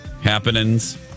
happenings